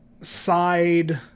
side